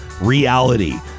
reality